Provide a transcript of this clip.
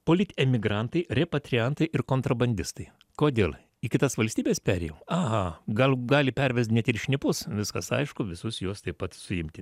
politemigrantai repatriantai ir kontrabandistai kodėl į kitas valstybes perėjo aha gal gali pervesdinėt ir šnipus viskas aišku visus juos taip pat suimti